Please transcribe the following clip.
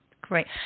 Great